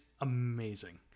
amazing